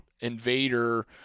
invader